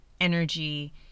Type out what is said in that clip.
energy